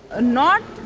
ah not